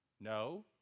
No